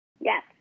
Yes